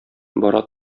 бара